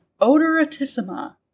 odoratissima